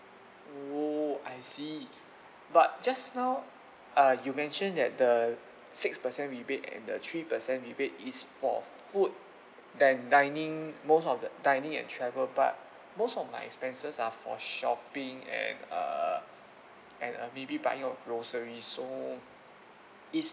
oh I see but just now uh you mentioned that the six percent rebate and the three percent rebate is for food then dining most of the dining and travel but most of my expenses are for shopping and uh and uh maybe buying of groceries so is